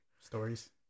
stories